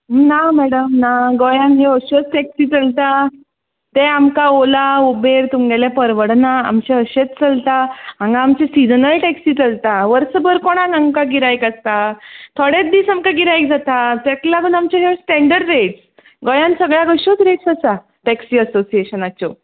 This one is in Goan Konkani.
ना मॅडम ना गोंयान ह्यो अश्योच टेक्सी चलता तें आमकां ऑला उबेर तुमगेले परवडना आमचें अशेंच चलता हांगां आमच्यो सिजनल टेक्सी चलता वर्सभर कोणाक आमकां गिरायक आसता थोडेच दीस आमकां गिरायक जाता तेका लागून आमच्यो ह्यो स्टेंडड रेट्स गोंयान सगळ्याक अश्योच रेट्स आसा टेक्सी एसोसियेशनाच्यो